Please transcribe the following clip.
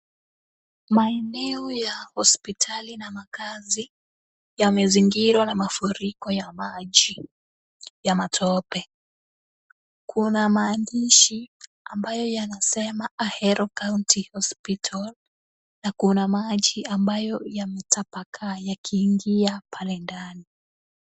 Maeneo ya hospitali na makazi, yamezingirwa na mafuriko ya maji ya matope. Kuna maandishi ambayo yanasema Ahero county hospital na kuna maji ambayo yametapakaa yakiingia pale ndani.